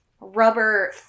rubber